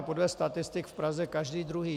Podle statistik v Praze každý druhý.